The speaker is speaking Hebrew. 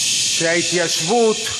שההתיישבות,